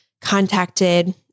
contacted